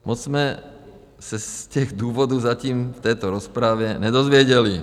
Moc jsme se z těch důvodů zatím v této rozpravě nedozvěděli.